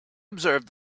observed